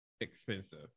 expensive